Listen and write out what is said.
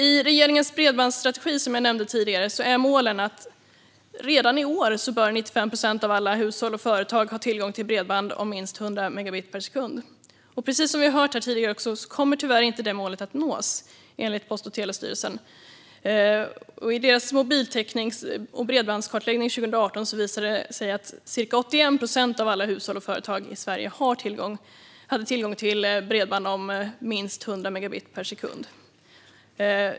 I regeringens bredbandsstrategi, som jag nämnde tidigare, är målet att 95 procent av alla hushåll och företag redan i år ska ha tillgång till bredband om minst 100 megabit per sekund. Precis som vi hört tidigare kommer detta mål tyvärr inte att nås, enligt Post och telestyrelsen. I deras mobiltäcknings och bredbandskartläggning 2018 visade det sig att ca 81 procent av alla hushåll och företag i Sverige hade tillgång till bredband om minst 100 megabit per sekund.